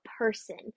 person